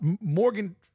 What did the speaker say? Morgan